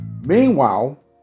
Meanwhile